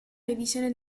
revisione